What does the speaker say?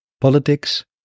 politics